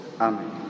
Amen